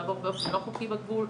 לעבור באופן לא חוקי בגבול,